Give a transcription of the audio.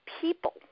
people